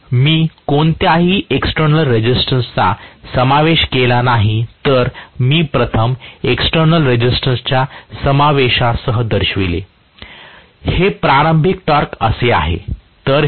जर मी कोणत्याही एक्सटेर्नल रेसिस्टन्स चा समावेश केला नाही तर मी प्रथम एक्सटेर्नल रेसिस्टन्सच्या समावेशासह दर्शविले हे प्रारंभिक टॉर्क असे आहे